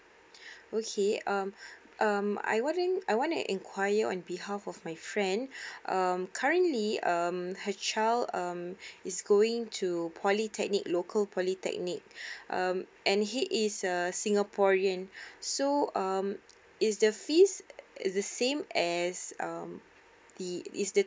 okay um um I want to enquire on behalf of my friend um currently um her child um is going to polytechnic local polytechnic um and he is a singaporean so um is the fees the same as the